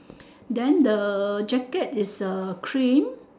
then the jacket is uh cream